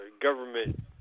government